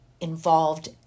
involved